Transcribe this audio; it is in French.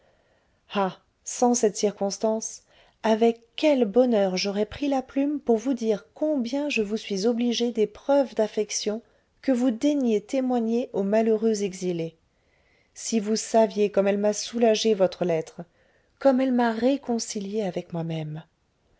sans cette circonstance avec quel bonheur j'aurais pris la plume pour vous dire combien je vous suis obligé des preuves d'affection que vous daignez témoigner au malheureux exilé si vous saviez comme elle m'a soulagé votre lettre comme elle m'a réconcilié avec moi-même